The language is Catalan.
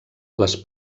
les